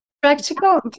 Practical